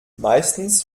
meistens